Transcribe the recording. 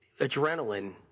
adrenaline